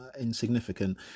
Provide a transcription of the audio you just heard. insignificant